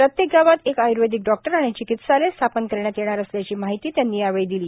प्रत्येक गावात एक आय्र्वेदिक डॉक्टर आणि चिकित्सालय स्थापन करण्यात येणार असल्याची माहिती त्यांनी यावेळी दिली